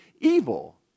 evil